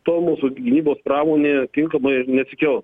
tol mūsų gynybos pramonė tinkama ir neatsikels